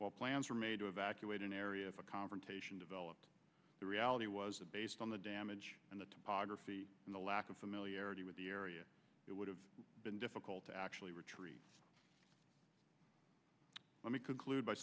plans were made to evacuate an area of a confrontation developed the reality was that based on the damage and the topography and the lack of familiarity with the area it would have been difficult to actually retrieve let me conclude by